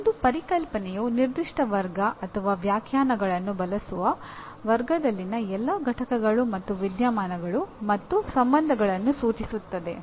ಒಂದು ಪರಿಕಲ್ಪನೆಯು ನಿರ್ದಿಷ್ಟ ವರ್ಗ ಅಥವಾ ವ್ಯಾಖ್ಯಾನಗಳನ್ನು ಬಳಸುವ ವರ್ಗದಲ್ಲಿನ ಎಲ್ಲಾ ಘಟಕಗಳು ಮತ್ತು ವಿದ್ಯಮಾನಗಳು ಮತ್ತು ಸಂಬಂಧಗಳನ್ನು ಸೂಚಿಸುತ್ತದೆ